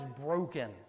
broken